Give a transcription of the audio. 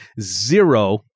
zero